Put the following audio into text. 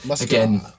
again